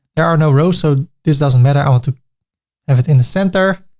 there are no rows, so this doesn't matter. i want to have it in the center.